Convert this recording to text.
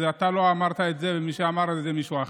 אתה לא אמרת את זה, ומי שאמר את זה זה מישהו אחר.